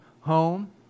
home